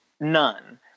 none